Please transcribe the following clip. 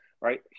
Right